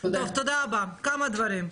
כמה דברים.